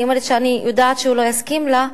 אני אומרת שאני יודעת שהוא לא יסכים לה,